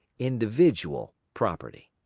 individual property.